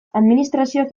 administrazioak